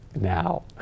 Now